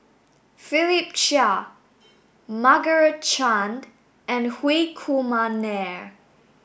Philip Chia Margaret Chan and Hri Kumar Nair